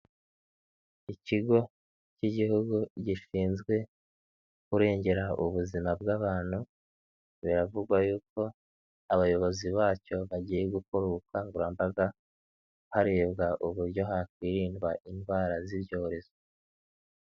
Ikigo cy'igihugu gishinzwe kurengera ubuzima bw'abantu, biravugwa yuko abayobozi bacyo bagiye gukora ubukangurambaga harebwa uburyo hakwirindwa indwara z'ibyorezo.